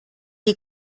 die